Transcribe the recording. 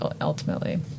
ultimately